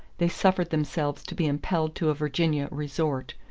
they suffered themselves to be impelled to a virginia resort,